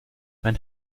mein